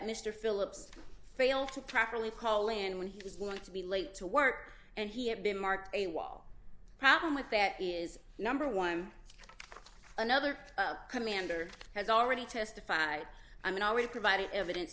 mr phillips failed to properly call and when he was going to be late to work and he had been marked a wall problem with that is number one another commander has already testified i mean already provided evidence